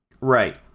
Right